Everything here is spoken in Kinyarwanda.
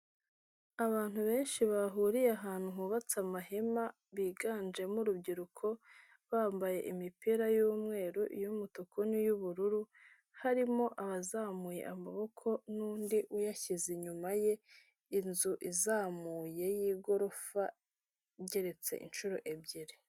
Abantu benshi bahuriye ahantu hubatse amahema, biganjemo urubyiruko, bambaye imipira y'umweru, iy'umutuku n'iy'ubururu, harimo abazamuye amaboko n'undi uyashyize inyuma ye, inzu izamuye y'igorofa igereretse inshuro ebyiri.